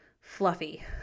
fluffy